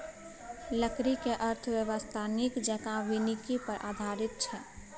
लकड़ीक अर्थव्यवस्था नीक जेंका वानिकी पर आधारित छै